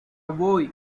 voy